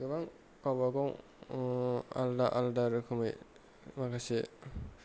गोबां गावबागाव आलादा आलादा रोखोमै माखासे